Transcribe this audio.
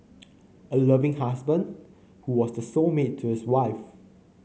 a loving husband who was the soul mate to his wife